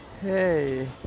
Hey